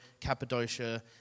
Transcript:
Cappadocia